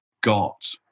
got